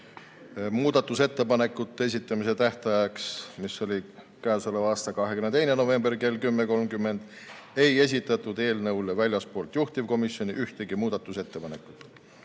Muudatusettepanekute esitamise tähtajaks, mis oli k.a 22. november kell 10.30, ei esitatud eelnõule väljastpoolt juhtivkomisjoni ühtegi muudatusettepanekut.